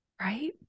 Right